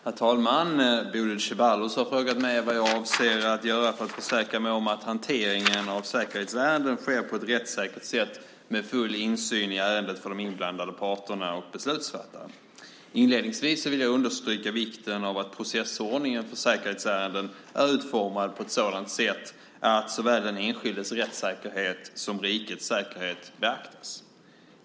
Herr talman! Bodil Ceballos har frågat mig vad jag avser att göra för att försäkra mig om att hanteringen av säkerhetsärenden sker på ett rättssäkert sätt med full insyn i ärendet för de inblandade parterna och beslutsfattare. Inledningsvis vill jag understryka vikten av att processordningen för säkerhetsärenden är utformad på ett sådant sätt att såväl den enskildes rättssäkerhet som rikets säkerhet beaktas.